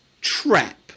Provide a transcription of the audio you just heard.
trap